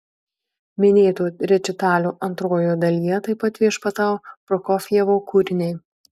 minėto rečitalio antrojoje dalyje taip pat viešpatavo prokofjevo kūriniai